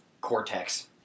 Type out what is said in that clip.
cortex